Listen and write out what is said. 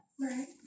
Right